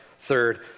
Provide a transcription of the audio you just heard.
Third